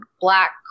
black